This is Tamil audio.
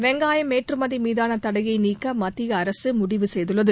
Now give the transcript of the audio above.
வெங்காயம் ஏற்றுமதி மீதான தடையை நீக்க மத்திய அரசு முடிவு செய்துள்ளது